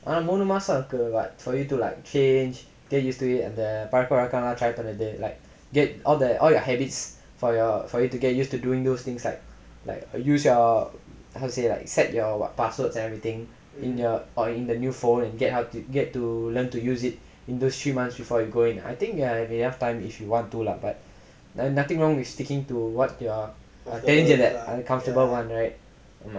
ஆனா மூணு மாசம் இருக்கு:aanaa moonu maasam irukku but for you to like change like why not try for அந்த பழக்க வழக்கங்கெல்லா:antha palakka valakkangellaa try பண்றது:panrathu like get all the all your habits for your for you to get used to doing those things like like uh use your how to say like set your passwords and everything in there or in the new phone you get how to get to learn to use it in those three months before going err I think I have enough time if you want to lah but there's nothing wrong with sticking to what you are comfortable [one] right